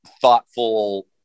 thoughtful